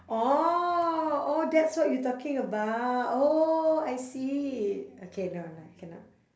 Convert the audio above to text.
orh oh that's what you talking about oh I see okay no lah cannot